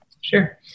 sure